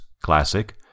classic